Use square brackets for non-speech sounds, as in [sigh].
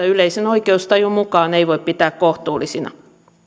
[unintelligible] yleisen oikeustajun mukaan ei voi pitää kohtuullisina